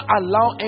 allow